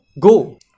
go